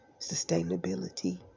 sustainability